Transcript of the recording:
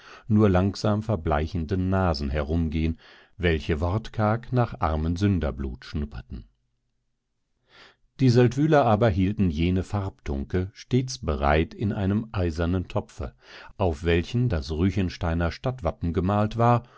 nur langsam verbleichenden nasen herumgehen welche wortkarg nach armensünderblut schnupperten die seldwyler aber hielten jene farbtunke stets bereit in einem eisernen topfe auf welchen das ruechensteiner stadtwappen gemalt war